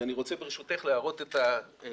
ברשותך אני רוצה להראות את המצגת.